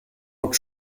autre